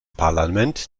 parlament